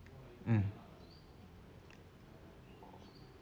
mm